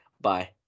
Bye